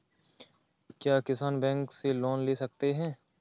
क्या किसान बैंक से लोन ले सकते हैं?